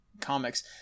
comics